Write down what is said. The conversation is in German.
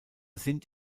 sind